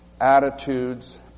attitudes